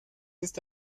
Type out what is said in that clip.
ist